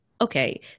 okay